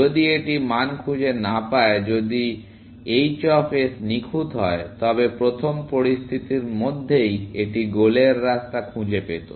যদি এটি মান খুঁজে না পায় যদি h অফ s নিখুঁত হয় তবে প্রথম পরিস্থিতির মধ্যেই এটি গোলের রাস্তা খুঁজে পেত